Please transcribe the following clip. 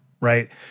right